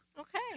Okay